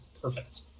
perfect